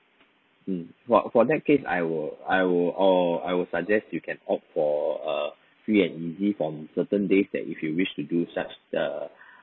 mm for for that case I will I will or I will suggest you can opt for err free and easy from certain days that if you wish to do such a